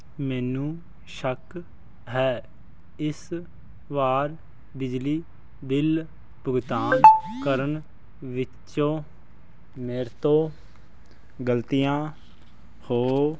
ਮੈਨੂੰ ਸ਼ੱਕ ਹੈ ਇਸ ਵਾਰ ਬਿਜਲੀ ਬਿਲ ਭੁਗਤਾਨ ਕਰਨ ਵਿੱਚੋਂ ਮੇਰੇ ਤੋਂ ਗਲਤੀਆਂ ਹੋ